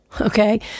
Okay